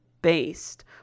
based